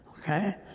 Okay